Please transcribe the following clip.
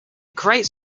great